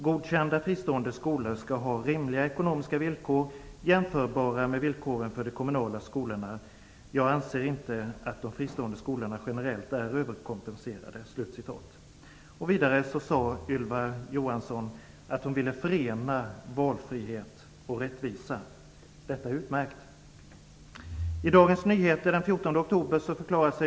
Godkända fristående skolor skall ha rimliga ekonomiska villkor, jämförbara med villkoren för de kommunala skolorna. Jag anser inte att de fristående skolorna generellt är överkompenserade." Vidare sade Ylva Johansson att hon ville förena valfrihet och rättvisa. Detta är utmärkt.